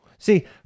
See